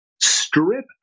strip